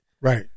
Right